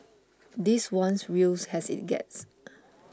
this one's real has it gets